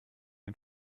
den